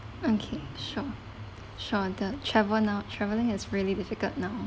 okay sure sure the travel now traveling is really difficult now